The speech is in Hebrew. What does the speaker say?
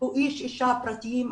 הוא איש/אישה פרטיים.